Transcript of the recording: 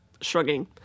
shrugging